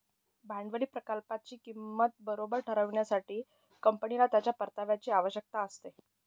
भांडवली प्रकल्पाची किंमत बरोबर ठरविण्यासाठी, कंपनीला त्याच्या परताव्याची आवश्यकता असते